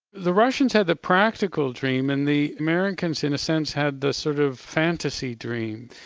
the russians had the practical dream and the americans in a sense had the sort of fantasy dream.